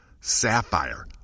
Sapphire